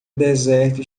deserto